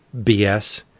BS